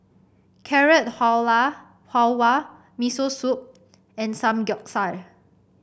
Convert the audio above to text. Carrot Halwa Miso Soup and Samgeyopsal